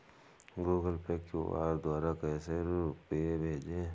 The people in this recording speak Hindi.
गूगल पे क्यू.आर द्वारा कैसे रूपए भेजें?